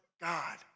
God